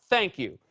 thank you.